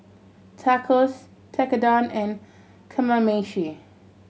Tacos Tekkadon and Kamameshi